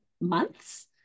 months